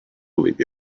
believe